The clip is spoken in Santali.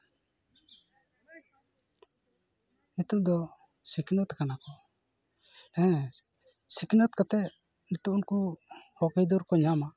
ᱱᱤᱛᱚᱜ ᱫᱚ ᱥᱤᱠᱷᱱᱟᱹᱛ ᱠᱟᱱᱟ ᱠᱚ ᱦᱮᱸ ᱥᱤᱠᱷᱱᱟᱹᱛ ᱠᱟᱛᱮ ᱱᱤᱛᱚᱜ ᱩᱱᱠᱩ ᱦᱚᱠ ᱟᱹᱭᱫᱟᱹᱨ ᱠᱚ ᱧᱟᱢᱟ